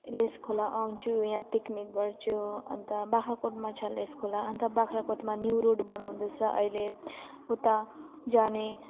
lace Khola आउँछु यहाँ picnic गर्छु अन्त बाख्राकोटमा छ लेस खोला अन्त बाख्राकोटमा न्यू रोड बनाउँदैछ अहिले उता जाने